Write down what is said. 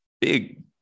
big